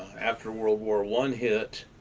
after world war one hit,